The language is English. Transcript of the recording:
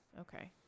Okay